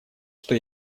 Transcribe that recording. что